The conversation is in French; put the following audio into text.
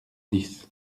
dix